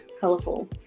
colorful